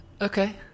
okay